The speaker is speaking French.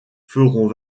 feront